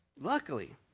luckily